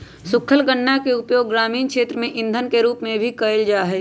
सूखल गन्ना के उपयोग ग्रामीण क्षेत्र में इंधन के रूप में भी कइल जाहई